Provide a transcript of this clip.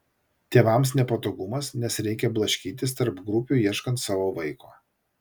tėvams nepatogumas nes reikia blaškytis tarp grupių ieškant savo vaiko